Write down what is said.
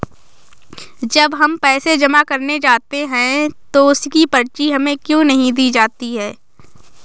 जब हम पैसे जमा करने जाते हैं तो उसकी पर्ची हमें क्यो नहीं दी जाती है?